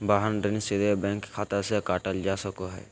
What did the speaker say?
वाहन ऋण सीधे बैंक खाता से काटल जा सको हय